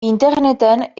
interneten